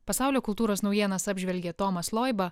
pasaulio kultūros naujienas apžvelgė tomas loiba